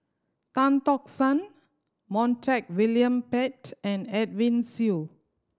Tan Tock San Montague William Pett and Edwin Siew